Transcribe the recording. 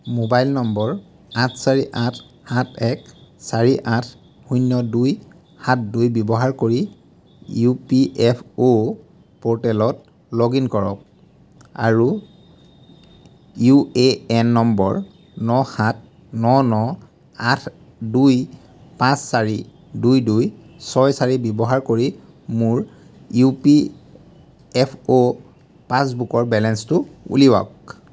mobile number আঠ চাৰি আঠ সাত এক চাৰি আঠ শূণ্য দুই সাত দুই ব্যৱহাৰ কৰি ইউপিএফঅ' প'ৰ্টেলত লগ ইন কৰক আৰু ইউএএন নম্বৰ ন সাত ন ন আঠ দুই পাঁচ চাৰি দুই দুই ছয় চাৰি ব্যৱহাৰ কৰি মোৰ ইউপিএফঅ' পাছবুকৰ বেলেঞ্চটো উলিয়াওক